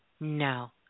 No